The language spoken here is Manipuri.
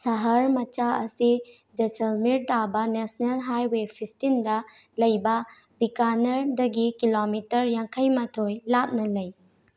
ꯁꯍꯔ ꯃꯆꯥ ꯑꯁꯤ ꯖꯥꯏꯁꯃꯤꯔ ꯇꯥꯕ ꯅꯦꯁꯅꯦꯜ ꯍꯥꯏꯋꯦ ꯐꯤꯞꯇꯤꯟꯗ ꯂꯩꯕ ꯕꯤꯀꯥꯅꯔꯗꯒꯤ ꯀꯤꯂꯣꯃꯤꯇꯔ ꯌꯥꯡꯈꯩꯃꯥꯊꯣꯏ ꯂꯥꯞꯅ ꯂꯩ